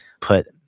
put